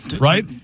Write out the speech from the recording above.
right